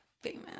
famous